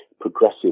progressive